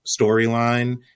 storyline